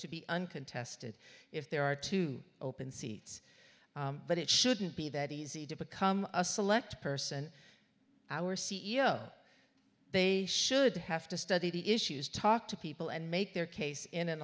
to be uncontested if there are two open seats but it shouldn't be that easy to become a select person our c e o they should have to study the issues talk to people and make their case in an